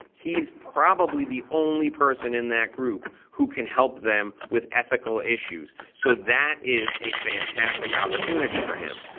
he's probably the only person in that group who can help them with ethical issues. so that is a fantastic opportunity for him.